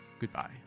Goodbye